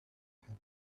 had